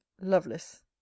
loveless